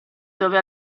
dove